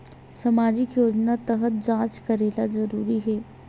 सामजिक योजना तहत जांच करेला जरूरी हे